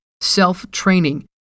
self-training